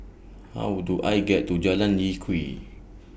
How Do I get to Jalan Lye Kwee